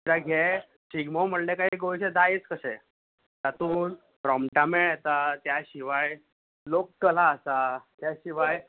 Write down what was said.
ये शिगमो म्हणले की गोंयचें दायज कशें तातूंत रोमटामेळ येता त्या शिवाय लोक कला आसा त्या शिवाय